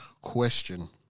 question